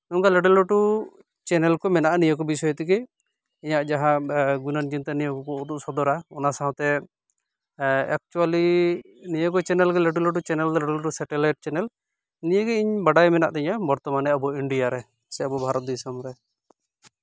ᱱᱚᱝᱠᱟ ᱞᱟ ᱴᱩ ᱞᱟᱹᱴᱩ ᱪᱮᱱᱮᱞ ᱠᱚ ᱢᱮᱱᱟᱜᱼᱟ ᱱᱤᱭᱟᱹ ᱠᱚ ᱵᱤᱥᱚᱭ ᱛᱮᱜᱮ ᱤᱧᱟ ᱜ ᱡᱟᱦᱟᱸ ᱜᱩᱱᱟᱱ ᱪᱤᱱᱛᱟᱹ ᱱᱤᱭᱟᱹ ᱠᱚ ᱩᱫᱩᱜ ᱥᱚᱫᱚᱨᱟ ᱚᱱᱟ ᱥᱟᱶᱛᱮ ᱮᱠᱪᱩᱭᱮᱞᱤ ᱱᱤᱭᱟᱹ ᱠᱚ ᱪᱮᱱᱮᱞ ᱜᱮ ᱞᱟᱹᱴᱩ ᱞᱟᱹᱴᱩ ᱪᱮᱱᱮᱞ ᱫᱚ ᱞᱟᱹᱴᱩ ᱞᱟᱹᱴᱩ ᱥᱮᱴᱮᱞᱟᱭᱤᱴ ᱪᱮᱱᱮᱞ ᱱᱤᱭᱟᱹᱜᱮ ᱤᱧ ᱵᱟᱰᱟᱭ ᱢᱮᱱᱟᱜ ᱛᱤᱧᱟᱹ ᱵᱚᱨᱛᱚᱢᱟᱱ ᱨᱮ ᱟᱵᱚ ᱤᱱᱰᱤᱭᱟ ᱨᱮ ᱥᱮ ᱟᱵᱚ ᱵᱷᱟᱨᱚᱛ ᱫᱤᱥᱚᱢ ᱨᱮ